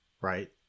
right